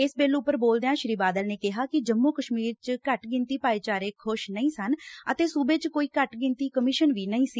ਇਸ ਬਿੱਲ ਉਪਰ ਬੋਲਦਿਆਂ ਸ੍ਰੀ ਬਾਦਲ ਨੇ ਕਿਹਾ ਕਿ ਜੰਮੁ ਕਸ਼ਮੀਰ 'ਚ ਘੱਟ ਗਿਣਤੀ ਭਾਈਚਾਰੇ ਖੁਸ਼ ਨਹੀ' ਸਨ ਅਤੇ ਸੁਬੇ 'ਚ ਕੋਈ ਘੱਟ ਗਿਣਤੀ ਕਮਿਸ਼ਨ ਵੀ ਨਹੀਂ ਸੀ